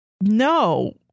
no